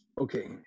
Okay